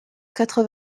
quatre